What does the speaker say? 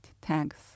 tags